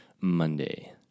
Monday